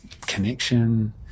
connection